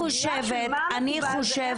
אז הקביעה של מה מקובל ואיך מקובל,